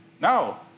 No